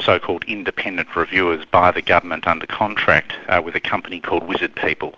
so-called independent reviewers by the government under contract with a company called wizard people.